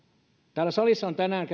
täällä salissa on tänään